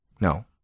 No